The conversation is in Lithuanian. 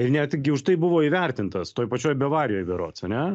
ir netgi už tai buvo įvertintas toj pačioj bavarijoj berods ane